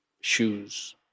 shoes